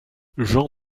jean